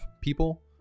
people